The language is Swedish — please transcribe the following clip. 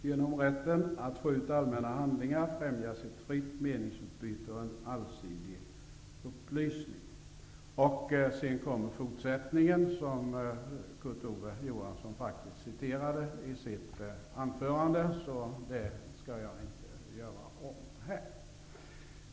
Genom rätten att få ut allmänna handlingar främjas ett fritt meningsutbyte och en allsidig upplysning.'' Fortsättningen citerade faktiskt Kurt Ove Johansson i sitt anförande, så det skall jag inte göra om här.